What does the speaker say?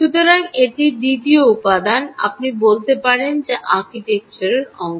সুতরাং এটি দ্বিতীয় উপাদান আপনি বলতে পারেন যা আর্কিটেকচারের অংশ